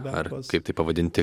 ar kaip tai pavadinti